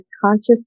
conscious